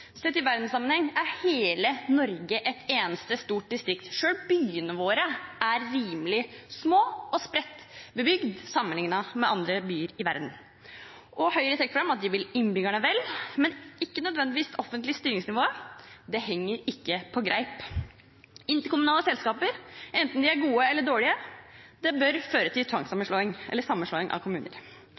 Sett i verdenssammenheng er hele Norge et eneste stort distrikt. Selv byene våre er rimelig små og spredtbebygde sammenliknet med andre byer i verden. Høyre trekker fram at de vil innbyggerne vel, men ikke nødvendigvis det offentlige styringsnivået. Det henger ikke på greip. Interkommunale selskaper, enten de er gode eller dårlige: Det bør føre til sammenslåing av kommuner.